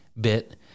bit